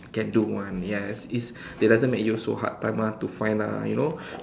can do [one] yes it's that doesn't make you so hard time ah to find ah you know